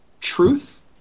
truth